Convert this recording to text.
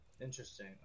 Interesting